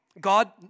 God